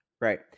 Right